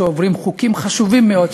שעוברים בהם חוקים חשובים מאוד,